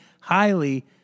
highly